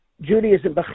Judaism